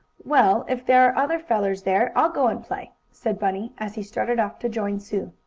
well, if there are other fellers there, i'll go and play, said bunny, as he started off to join sue.